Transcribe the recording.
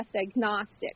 agnostic